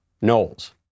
Knowles